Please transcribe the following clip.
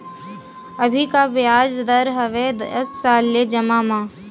अभी का ब्याज दर हवे दस साल ले जमा मा?